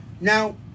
Now